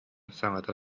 саҥата